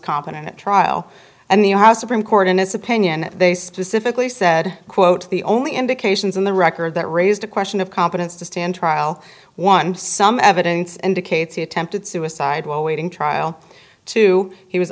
competent trial and the how supreme court in its opinion they specifically said quote the only indications in the record that raised a question of competence to stand trial one some evidence indicates he attempted suicide while waiting trial two he was